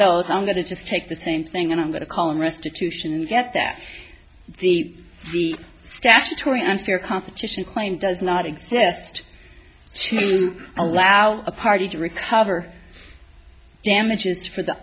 those i'm going to just take the same thing and i'm going to call in restitution and get that the the statutory unfair competition claim does not exist to allow a party to recover damages for the